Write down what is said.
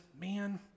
man